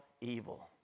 evil